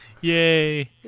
Yay